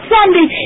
Sunday